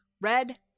Red